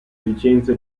licenze